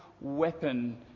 weapon